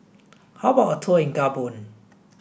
how about a tour in Gabon